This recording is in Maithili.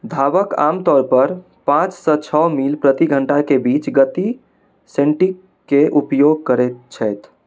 धावक आमतौरपर पाँचसँ छओ मील प्रति घण्टाके बीच गति सेटिङ्गके उपयोग करैत छथि